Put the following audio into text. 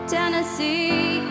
Tennessee